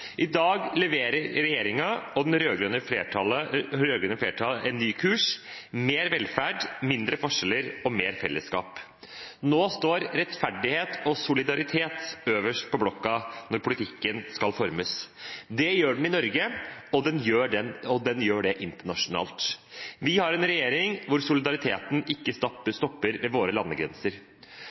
I dag leverer regjeringen og det rød-grønne flertallet en ny kurs: mer velferd, mindre forskjeller og mer fellesskap. Nå står rettferdighet og solidaritet øverst på blokka når politikken skal formes, både i Norge og internasjonalt. Vi har en regjering hvor solidariteten ikke stopper ved våre landegrenser.